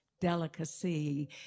delicacy